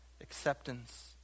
acceptance